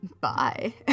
Bye